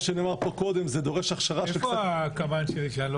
שאנחנו לא רק בשיח של זכויות במדינת ישראל,